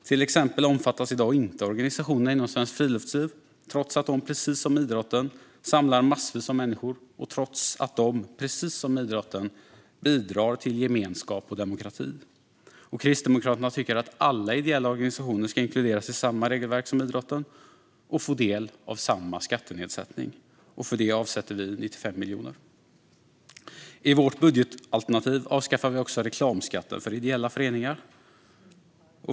Till exempel omfattas i dag inte organisationerna inom svenskt friluftsliv, trots att de precis som idrotten samlar massvis av människor, och trots att de, precis som idrotten, bidrar till gemenskap och demokrati. Kristdemokraterna tycker att alla ideella organisationer ska inkluderas i samma regelverk som idrotten och få del av samma skattenedsättning, och för det avsätter vi 95 miljoner kronor. I vårt budgetalternativ avskaffar vi också reklamskatten för ideella föreningar.